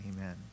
Amen